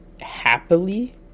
happily